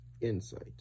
insight